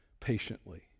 patiently